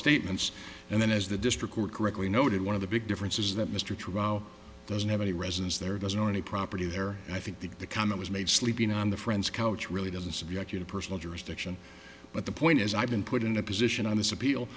statements and then as the district court correctly noted one of the big difference is that mr truro doesn't have a residence there doesn't own any property there and i think that the comment was made sleeping on the friend's couch really doesn't subject you to personal jurisdiction but the point is i've been put in a position on this appeal